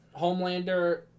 Homelander